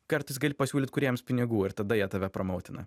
kartais gali pasiūlyt kūrėjams pinigų ir tada jie tave promautina